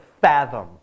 fathom